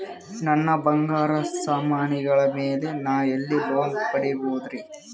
ನನ್ನ ಬಂಗಾರ ಸಾಮಾನಿಗಳ ಮ್ಯಾಲೆ ನಾ ಎಲ್ಲಿ ಲೋನ್ ಪಡಿಬೋದರಿ?